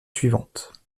suivante